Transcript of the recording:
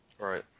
Right